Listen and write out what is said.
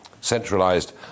centralised